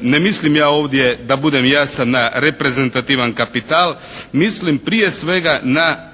Ne mislim ja ovdje da budem jasan na reprezentativan kapital. Mislim prije svega na